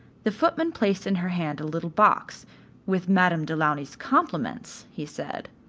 the footman placed in her hand a little box with madame du launy's compliments, he said.